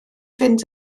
fynd